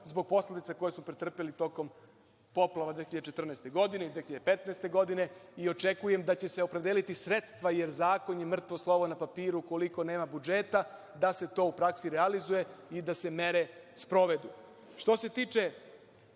zbog posledica koje su pretrpeli tokom poplava 2014. i 2015. godine i očekujem da će se opredeliti sredstva jer zakon je mrtvo slovo na papiru, ukoliko nema budžeta da se to u praksi realizuje i da se mere sprovedu. Što